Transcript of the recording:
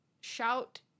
shout